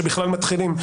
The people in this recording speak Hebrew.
שבכלל מתחילים,